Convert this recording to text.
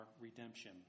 redemption